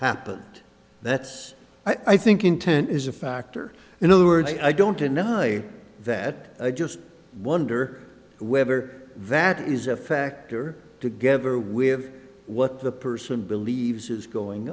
happened that's i think intent is a factor in other words i don't deny that i just wonder whether that is a factor together we have what the person believes is going